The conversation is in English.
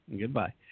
Goodbye